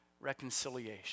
reconciliation